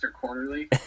Quarterly